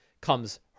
comes